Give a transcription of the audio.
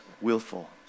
willful